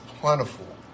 plentiful